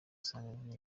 nsanga